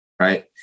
right